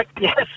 yes